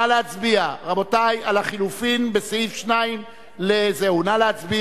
נא להצביע על החלופין, הסתייגות מס' 2. נא להצביע.